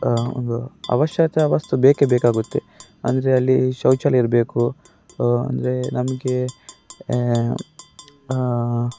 ಒಂದು ಅವಶ್ಯಕ ವಸ್ತು ಬೇಕೇ ಬೇಕಾಗುತ್ತೆ ಅಂದರೆ ಅಲ್ಲಿ ಶೌಚಾಲಯ ಇರಬೇಕು ಅಂದರೇ ನಮಗೆ